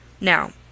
Now